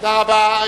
תודה רבה.